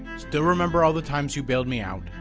still remember all the times you bailed me out.